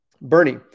Bernie